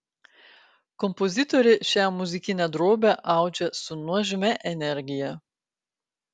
kompozitorė šią muzikinę drobę audžia su nuožmia energija